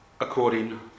according